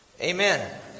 Amen